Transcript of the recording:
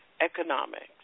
economics